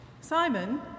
Simon